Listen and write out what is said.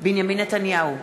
בנימין נתניהו,